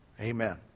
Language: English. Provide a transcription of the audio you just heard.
Amen